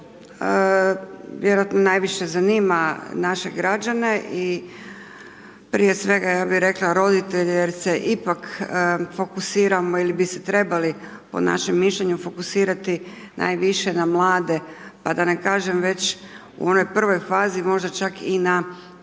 vjerojatno najviše zanima naše građane i prije svega ja bi rekla roditelje jer se ipak fokusiramo ili bi se trebali po našem mišljenju fokusirati najviše na mlade, pa da ne kažem već u onoj prvoj fazi možda čak i na